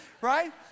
right